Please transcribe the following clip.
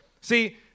See